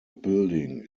building